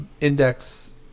index